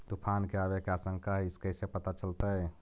तुफान के आबे के आशंका है इस कैसे पता चलतै?